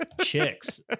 chicks